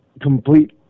complete